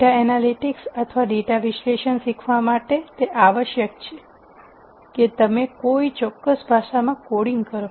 data analytics અથવા data વિશ્લેષણ શીખવવા માટે તે આવશ્યક છે કે તમે કોઈ ચોક્કસ ભાષામાં કોડિંગ કરો